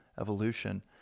evolution